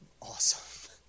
awesome